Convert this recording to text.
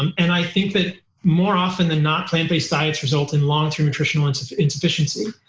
um and i think that more often than not, plant based diets result in longterm nutritional insufficiency.